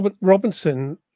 Robinson